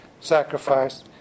sacrifice